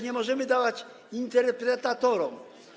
Nie możemy dawać tego interpretatorom.